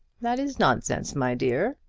that is nonsense, my dear.